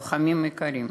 לוחמים יקרים,